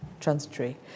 transitory